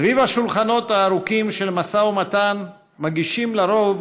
סביב השולחנות הארוכים של המשא ומתן מגישים לרוב